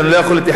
תדבר.